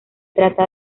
trata